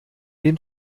dem